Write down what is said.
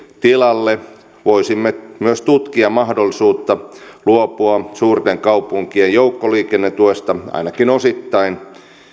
tilalle voisimme myös tutkia mahdollisuutta luopua suurten kaupunkien joukkoliikennetuesta ainakin osittain